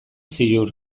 ziur